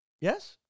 Yes